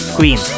Queen